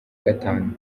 gatanu